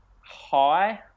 high